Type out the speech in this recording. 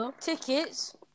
tickets